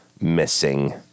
missing